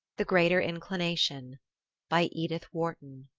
the greater inclination by edith wharton